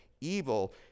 evil